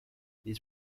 these